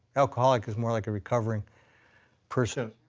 alcoholic is more like a recovering person.